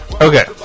Okay